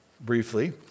briefly